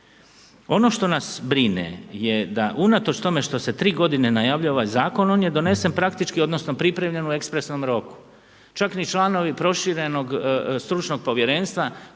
Ono što nas brine je da unatoč tome što se tri godine najavljuje ovaj zakon, on je donesen, praktički, odnosno pripremljen u ekspresnom roku. Čak ni članovi proširenog stručnog povjerenstva